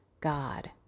god